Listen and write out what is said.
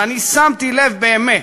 ואני שמתי לב באמת